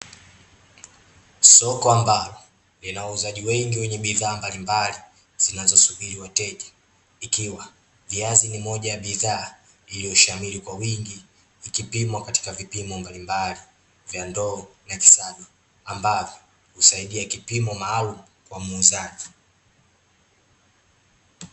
Soko ambalo lina wauzaji wengi wenye bidhaa mbalimbali zinazosubiri wateja, ikiwa viazi ni moja ya bidhaa iliyoshamiri kwa wingi, ikipimwa katika vipimo mbalimbali vya ndoo na kisado. Ambavyo, husaidia kipimo maalumu kwa muuzaji.